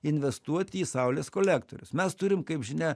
investuoti į saulės kolektorius mes turim kaip žinia